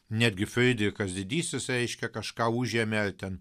netgi fridrichas didysis reiškia kažką užėmė ar ten